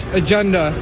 agenda